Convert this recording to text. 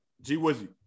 G-Wizzy